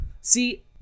See